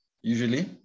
usually